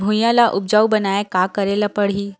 भुइयां ल उपजाऊ बनाये का करे ल पड़ही?